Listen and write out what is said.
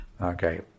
Okay